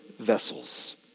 Vessels